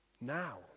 Now